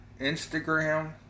Instagram